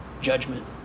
judgment